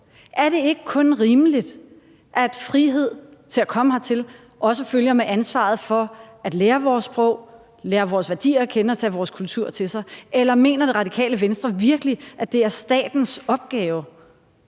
Er det ikke kun rimeligt, at med friheden til at komme hertil følger også ansvaret for at lære vores sprog, at lære vores værdier at kende og at tage vores kultur til sig? Eller mener Det Radikale Venstre virkelig, at det er statens opgave